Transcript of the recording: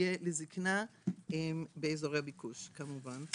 יהיה לזקנה באזורי ביקוש כמובן.